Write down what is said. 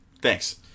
Thanks